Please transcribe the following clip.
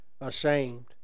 ashamed